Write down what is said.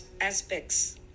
aspects